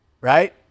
right